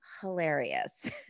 hilarious